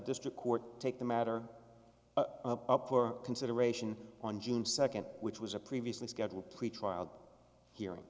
district court take the matter up for consideration on june second which was a previously scheduled pretrial hearing